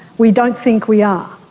we don't think we are.